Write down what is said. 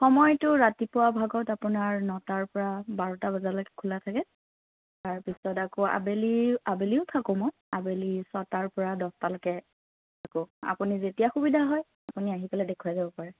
সময়টো ৰাতিপুৱা ভাগত আপোনাৰ নটাৰ পৰা বাৰটা বজালৈ খোলা থাকে তাৰপিছত আকৌ আবেলি আবেলিও থাকো মই আবেলি ছয়টাৰ পৰা দহটালৈকে থাকোঁ আপুনি যেতিয়া সুবিধা হয় আপুনি আহি পেলাই দেখুৱাই যাব পাৰে